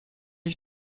ich